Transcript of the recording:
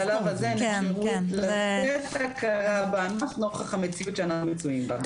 בשלב הזה אין אפשרות לתת הכרה בענף נוכח המציאות שאנחנו מצויים בה.